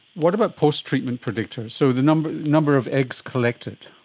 what about post-treatment predictors? so the number number of eggs collected?